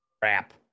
Crap